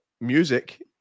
music